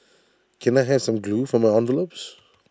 can I have some glue for my envelopes